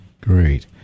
Great